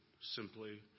simply